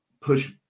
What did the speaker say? push